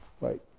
right